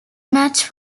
match